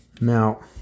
Now